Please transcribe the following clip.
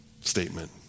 statement